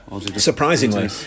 Surprisingly